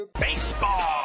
Baseball